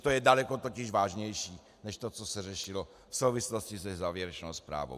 To je daleko vážnější než to, co se řešilo v souvislosti se závěrečnou zprávou.